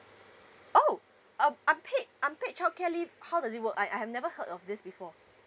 oh um unpaid unpaid childcare leave how does it work I have never heard of this before